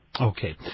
Okay